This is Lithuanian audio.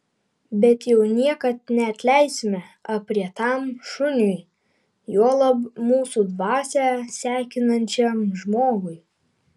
bet jau niekad neatleisime aprietam šuniui juolab mūsų dvasią sekinančiam žmogui